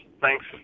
thanks